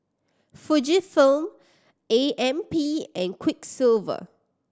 Fujifilm A M P and Quiksilver